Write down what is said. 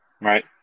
Right